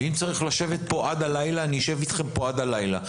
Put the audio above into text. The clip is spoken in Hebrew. ואם צריך לשבת פה עד הלילה אני אשב איתכם פה עד הלילה.